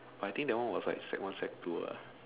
I think that one was like sec one sec two ah